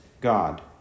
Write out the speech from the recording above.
God